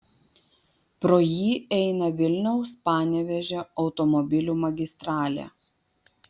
pro jį eina vilniaus panevėžio automobilių magistralė